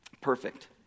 Perfect